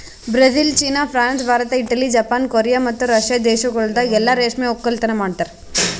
Brazil, China, France, Bharat, Italy, Japan, Korea ಮತ್ತ Russia ದೇಶಗೊಳ್ದಾಗ್ ಎಲ್ಲಾ ರೇಷ್ಮೆ ಒಕ್ಕಲತನ ಮಾಡ್ತಾರ